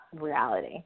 reality